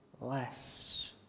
less